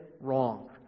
wrong